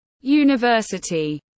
University